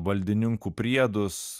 valdininkų priedus